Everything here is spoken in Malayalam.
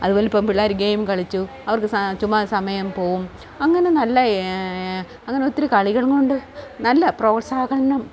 അതുപോലെതന്നെ പെൺപിള്ളേർ ഗെയിം കളിച്ചു അവർക്ക് ചുമ്മാ സമയം പോവും അങ്ങനെ നല്ല അങ്ങനെ ഒത്തിരി കളികളും കൊണ്ട് നല്ല പ്രോത്സാഹനം